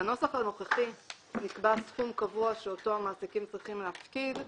בנוסח הנוכחי נקבע סכום קבוע שאותו המעסיקים צריכים להפקיד,